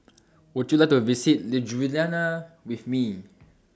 Would YOU like to visit Ljubljana with Me